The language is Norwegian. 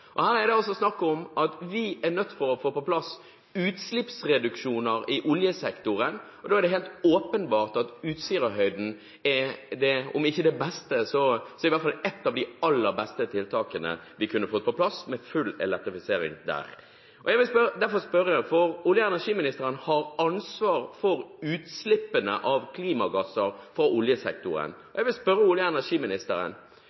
Her er det snakk om at vi er nødt til å få på plass utslippsreduksjoner i oljesektoren, og da er det helt åpenbart at Utsirahøyden er om ikke det beste, så i hvert fall ett av de aller beste tiltakene vi kunne fått på plass med full elektrifisering. Olje- og energiministeren har ansvaret for utslippene av klimagasser fra oljesektoren. Jeg vil spørre ham: Har olje- og energiministeren tenkt å sørge for at utslippene